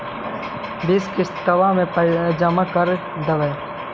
बिस किस्तवा मे जमा कर देवै?